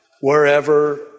wherever